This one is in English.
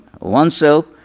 oneself